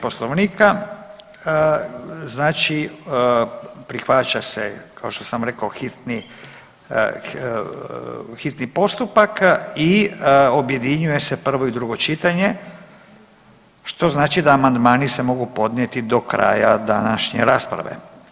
Poslovnika prihvaća se kao što sam rekao hitni postupak i objedinjuje se prvo i drugo čitanje, što znači da amandmani se mogu podnijeti do kraja današnje rasprave.